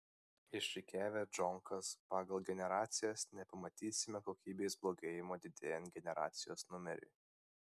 išrikiavę džonkas pagal generacijas nepamatysime kokybės blogėjimo didėjant generacijos numeriui